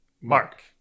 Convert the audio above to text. Mark